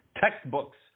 Textbooks